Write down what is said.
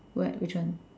what which one